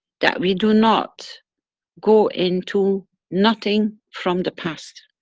that we do not go into nothing from the past.